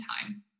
time